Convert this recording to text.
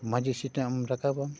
ᱢᱟᱹᱡᱷᱤ ᱥᱤᱴᱮᱢ ᱨᱟᱠᱟᱵᱟᱢ